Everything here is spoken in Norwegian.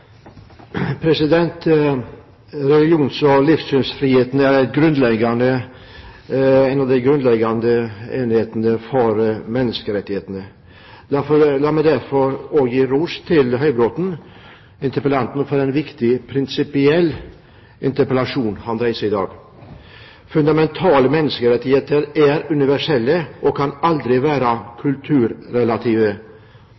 en av de grunnleggende menneskerettighetene. La meg derfor gi ros til interpellanten Høybråten for den viktige prinsipielle interpellasjonen han setter fram i dag. Fundamentale menneskerettigheter er universelle og kan aldri være